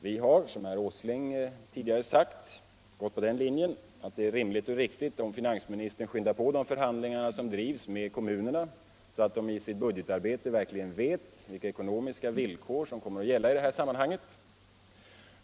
Vi har, som herr Åsling tidigare sagt, gått på den linjen att det är rimligt och riktigt om finansministern skyndar på de förhandlingar som drivs med kommunerna, så att de i sitt budgetarbete verkligen vet vilka ekonomiska villkor som kommer att gälla.